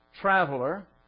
traveler